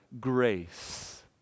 grace